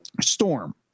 Storm